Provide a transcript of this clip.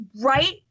right